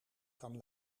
kan